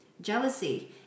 Jealousy